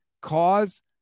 cause